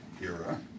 era